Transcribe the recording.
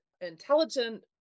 intelligent